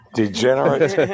Degenerate